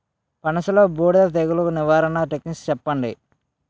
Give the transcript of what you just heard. పనస లో బూడిద తెగులు నివారణకు టెక్నిక్స్ చెప్పండి?